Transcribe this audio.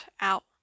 out